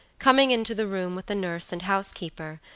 coming into the room with the nurse and housekeeper,